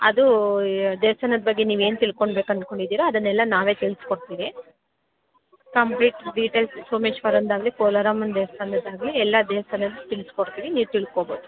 ಅದೂ ದೇವಸ್ಥಾನದ ಬಗ್ಗೆ ನೀವೇನು ತಿಳ್ಕೊಳ್ಬೇಕು ಅಂದ್ಕೊಂಡಿದ್ದಿರಿ ಅದನ್ನೆಲ್ಲ ನಾವೇ ತಿಳಿಸ್ಕೊಡ್ತೀವಿ ಕಂಪ್ಲೀಟ್ ಡೀಟೈಲ್ಸ್ ಸೋಮೇಶ್ವರಂದಾಗಲಿ ಕೋಲಾರಮ್ಮನ ದೇವಸ್ಥಾನದ್ದಾಗಲಿ ಎಲ್ಲ ದೇವಸ್ಥಾನದ್ದು ತಿಳಿಸ್ಕೊಡ್ತೀವಿ ನೀವು ತಿಳ್ಕೊಬೋದು